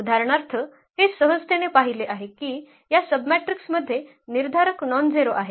उदाहरणार्थ हे सहजतेने पाहिले आहे की या सबमॅट्रिक्समध्ये निर्धारक नॉनझेरो आहे